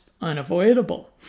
unavoidable